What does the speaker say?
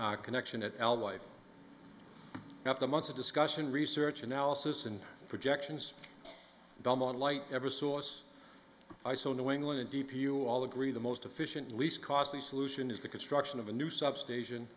grid connection it alway after months of discussion research analysis and projections delmon light every source i saw in new england and d p you all agree the most efficient least costly solution is the construction of a new substation